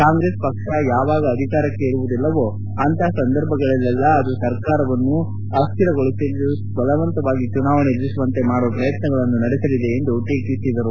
ಕಾಂಗ್ರೆಸ್ ಪಕ್ಷಕ್ಕೆ ಯಾವಾಗ ಅಧಿಕಾರ ಇರುವುದಿಲ್ಲವೋ ಅಂತಹ ಸಂದರ್ಭಗಳಲ್ಲೆಲ್ಲಾ ಅದು ಸರ್ಕಾರಗಳನ್ನು ಅಸ್ಥಿರಗೊಳಿಸಿ ಬಲವಂತವಾಗಿ ಚುನಾವಣೆ ಎದುರಿಸುವಂತೆ ಮಾಡುವ ಪ್ರಯತ್ನಗಳನ್ನು ನಡೆಸಲಿದೆ ಎಂದು ಟೀಕಿಸಿದರು